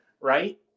right